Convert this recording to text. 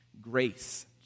Grace